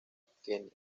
kenia